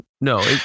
no